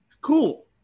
Cool